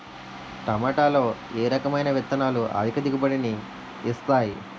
టమాటాలో ఏ రకమైన విత్తనాలు అధిక దిగుబడిని ఇస్తాయి